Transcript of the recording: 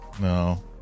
No